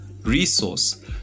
resource